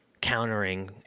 countering